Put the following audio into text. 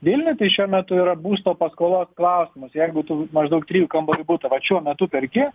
vilniuj šiuo metu yra būsto paskolos klausimas jeigu tu maždaug trijų kambarių butą vat šiuo metu perki